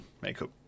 makeup